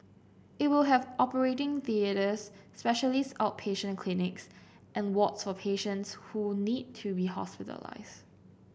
it will have operating theatres specialist outpatient clinics and wards for patients who need to be hospitalised